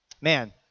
Man